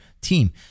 team